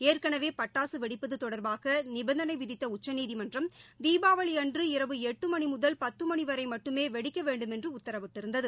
ஏற்கனவே பட்டாசு வெடிப்பது தொடர்பாக நிபந்தனை விதித்த உச்சநீதிமன்றம் தீபாவளி அன்று இரவு எட்டு மணி முதல் பத்து மணி வரை மட்டுமே வெடிக்க வேண்டுமென்று உத்தரவிட்டிருந்தது